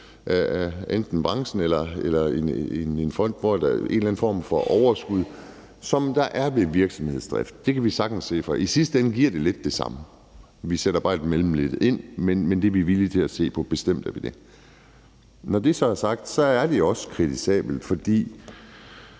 enten branchen eller en fond, hvor der er en eller anden form for overskud, sådan som der er det ved en virksomheds drift. For i sidste ende giver det lidt det samme – vi sætter bare et mellemled ind – så det er vi bestemt villige til at se på. Når det så er sagt, er det jo også kritisabelt. For